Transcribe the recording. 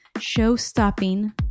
show-stopping